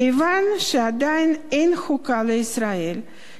כיוון שעדיין אין חוקה לישראל,